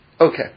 Okay